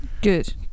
good